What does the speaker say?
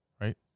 Right